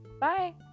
bye